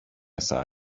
aside